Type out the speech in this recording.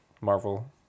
Marvel